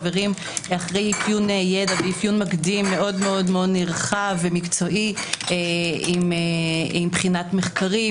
אחרי אפיון ידע ואפיון מקדים מאוד-מאוד נרחב ומקצועי עם בחינת מחקרים,